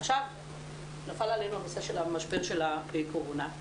עכשיו נפל עלינו המשבר של הקורונה.